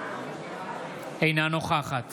אינה נוכחת